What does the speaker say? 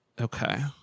Okay